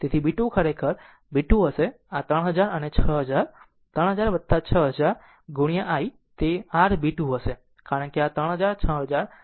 તેથી b 2 ખરેખર b 2 હશે આ 3000 અને 6000 3000 6000 i તે r બી 2 હશે કારણ કે આ 3000 6000 શ્રેણીમાં છે